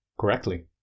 correctly